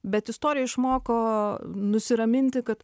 bet istorija išmoko nusiraminti kad